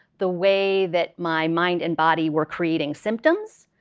the way that my mind and body were creating symptoms,